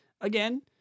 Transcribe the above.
again